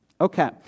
okay